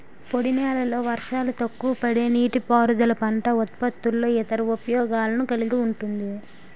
పొడినేలల్లో వర్షాలు తక్కువపడే నీటిపారుదల పంట ఉత్పత్తుల్లో ఇతర ఉపయోగాలను కలిగి ఉంటుంది